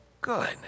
good